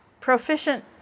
proficient